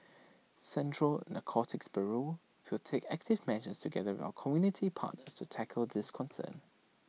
central narcotics bureau will take active measures together with our community partners to tackle this concern